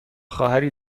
خواهری